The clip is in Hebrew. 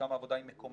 שם העבודה היא מקומית,